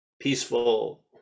peaceful